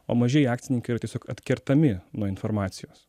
o mažieji akcininkai yra tiesiog atkertami nuo informacijos